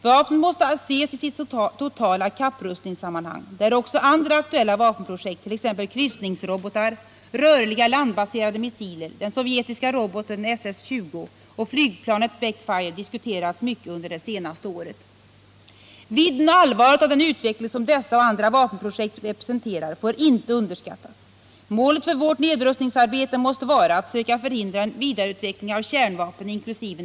Vapnet måste ses i sitt totala kapprustningssammanhang, där också andra aktuella vapenprojekt, t.ex. kryssningsrobotar, rörliga landbaserade missiler, den sovjetiska roboten SS 20 och flygplanet Backfire diskuterats mycket under det senaste året. Vidden och allvaret av den utveckling som dessa och andra vapenprojekt representerar får inte underskattas. Målet för vårt nedrustningsarbete måste vara att söka förhindra en vidareutveckling av kärnvapen inkl.